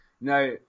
Now